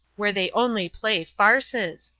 where they only play farces.